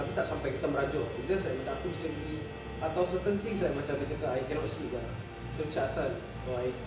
tapi tak sampai kita merajuk it's just that aku disagree atau certain things like macam dia kata I cannot sleep ah terus macam asal oh I